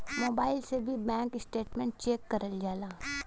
mobile से भी bank statement check करल जाला